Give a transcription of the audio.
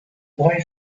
boy